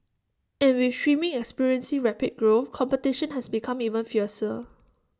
and with streaming experiencing rapid growth competition has become even fiercer